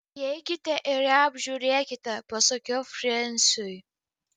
įeikite ir ją apžiūrėkite pasakiau frensiui